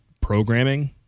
programming